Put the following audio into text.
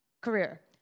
Career